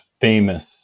famous